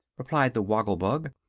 replied the woggle-bug,